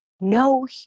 No